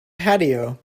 patio